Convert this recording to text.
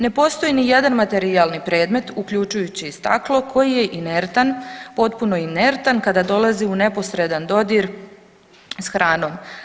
Ne postoji ni jedan materijal i predmet uključujući i staklo koji je inertan, potpuno inertan kada dolazi u neposredan dodir s hranom.